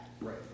right